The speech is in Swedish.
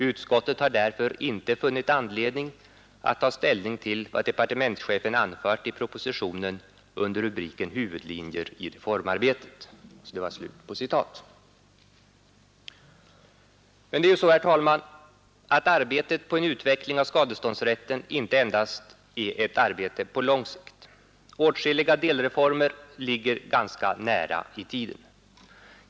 Utskottet har därför inte funnit anledning att taga ställning till vad departementschefen anfört i propositionen under rubriken ”Huvudlinjer i reformarbetet”.” Men det är ju så, herr talman, att arbetet på en utveckling av skadeståndsrätten inte endast är ett arbete på lång sikt. Åtskilliga delreformer torde ligga ganska nära i tiden.